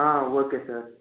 okay sir